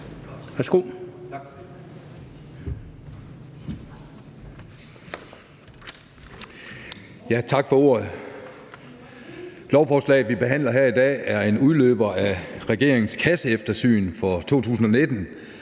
Tak for ordet. Lovforslaget, vi behandler her i dag, er en udløber af regeringens kasseeftersyn for 2019.